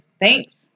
Thanks